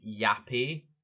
Yappy